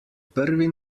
prvi